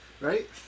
right